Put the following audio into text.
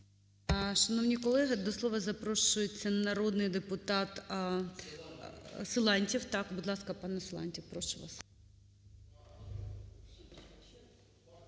Шановні колеги, до слова запрошується народний депутат Силантьєв.